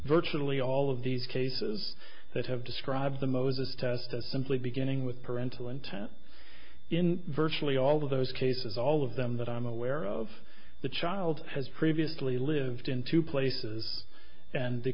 virtually all of these cases that have described the moses test as simply beginning with parental intent in virtually all of those cases all of them that i'm aware of the child has previously lived in two places and the